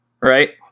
right